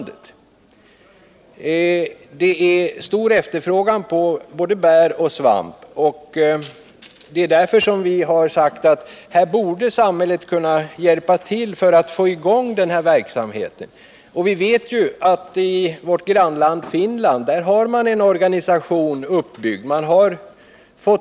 Det råder stor efterfrågan på både bär och svamp, och vi har därför uttalat att samhället borde kunna hjälpa till för att få i gång en verksamhet på detta område. I vårt grannland Finland finns en organisation uppbyggd för detta ändamål.